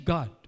God